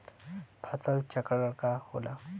फसल चक्रण का होला?